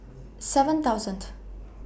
seven thousandth